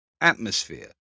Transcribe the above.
atmosphere